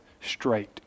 straight